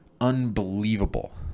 unbelievable